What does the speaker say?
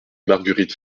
marguerite